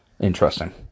Interesting